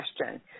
question